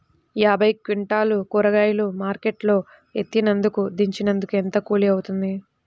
యాభై క్వింటాలు కూరగాయలు మార్కెట్ లో ఎత్తినందుకు, దించినందుకు ఏంత కూలి అవుతుంది?